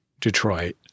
Detroit